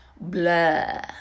blah